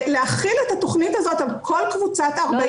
להחיל את התכנית הזאת על כל קבוצת 40-49. לא,